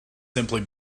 simply